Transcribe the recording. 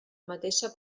mateixa